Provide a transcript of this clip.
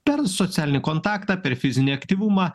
per socialinį kontaktą per fizinį aktyvumą